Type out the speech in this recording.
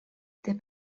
der